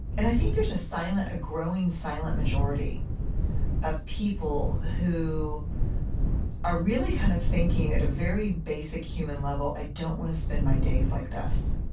and i think there's ah a growing silent majority of people who are really kind of thinking, at a very basic human level, i don't want to spend my days like this.